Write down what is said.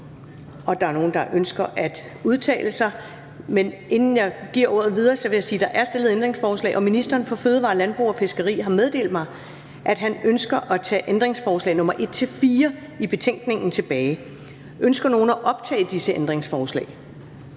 Første næstformand (Karen Ellemann): Inden jeg giver ordet videre, vil jeg sige at der er stillet ændringsforslag, og at ministeren for fødevarer, landbrug og fiskeri har meddelt mig, at han ønsker at tage ændringsforslag nr. 1-4 i betænkningen tilbage. Ønsker nogen at optage disse ændringsforslag?